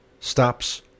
Stops